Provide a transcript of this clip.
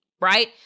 right